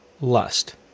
lust